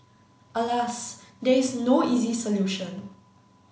alas there is no easy solution